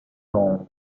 long